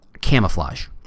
camouflage